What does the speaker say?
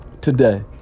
today